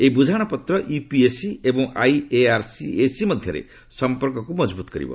ଏହି ବୁଝାମଣାପତ୍ର ୟୁପିଏସ୍ସି ଏବଂ ଆଇଏଆର୍ସିଏସ୍ସି ମଧ୍ୟରେ ସମ୍ପର୍କକୁ ମଜବୁତ କରିବ